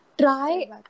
try